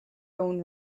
own